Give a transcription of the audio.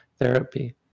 therapy